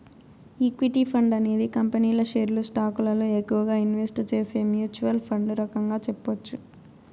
equity fund అనేది కంపెనీల షేర్లు స్టాకులలో ఎక్కువగా ఇన్వెస్ట్ చేసే మ్యూచ్వల్ ఫండ్ రకంగా చెప్పొచ్చు